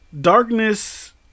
Darkness